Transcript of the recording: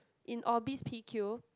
in Orbis P_Q